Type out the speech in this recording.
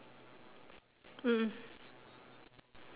mm mm